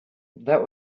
that